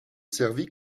servit